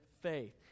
faith